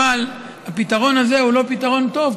אבל הפתרון הזה הוא לא פתרון טוב,